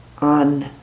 on